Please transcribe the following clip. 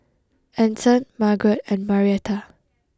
Anson Margeret and Marietta